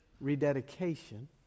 rededication